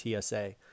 TSA